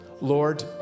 Lord